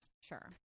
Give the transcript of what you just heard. Sure